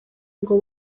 ngo